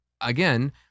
again